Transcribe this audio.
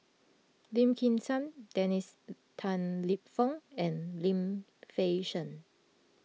Lim Kim San Dennis Tan Lip Fong and Lim Fei Shen